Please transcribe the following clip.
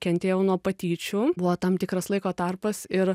kentėjau nuo patyčių buvo tam tikras laiko tarpas ir